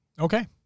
okay